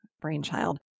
brainchild